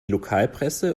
lokalpresse